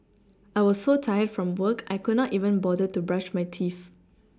I was so tired from work I could not even bother to brush my teeth